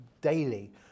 daily